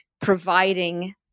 providing